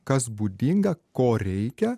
kas būdinga ko reikia